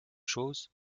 choses